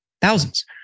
Thousands